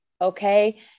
okay